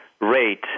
rate